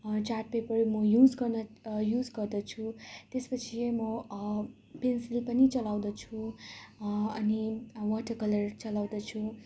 chart paper म use गर्न use गर्दछु त्यसपछि ए म पेन्सिल पनि चलाउँदछु अनि वाटर कलर चलाउँदछु